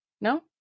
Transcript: no